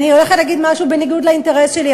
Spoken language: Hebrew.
אני הולכת לומר משהו בניגוד לאינטרס שלי,